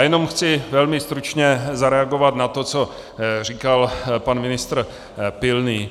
Jenom chci velmi stručně zareagovat na to, co říkal pan ministr Pilný.